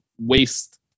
waste